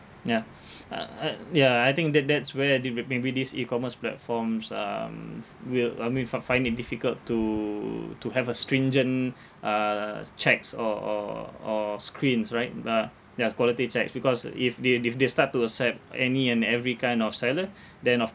yeah uh uh ya I think that that's where they re~ maybe this E_commerce platforms um f~ will I mean find find it difficult to to have a stringent uh checks or or or screens right ah yes quality checks because if they if they start to accept any and every kind of seller then of